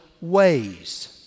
ways